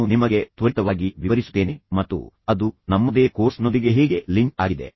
ನಾನು ನಿಮಗೆ ತ್ವರಿತವಾಗಿ ವಿವರಿಸುತ್ತೇನೆ ಮತ್ತು ಅದು ನಮ್ಮದೇ ಕೋರ್ಸ್ನೊಂದಿಗೆ ಹೇಗೆ ಲಿಂಕ್ ಆಗಿದೆ